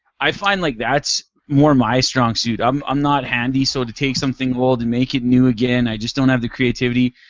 i find that like that's more my strong suite. i'm i'm not handy so to take something old and make it new again, i just don't have the creativity.